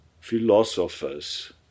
philosophers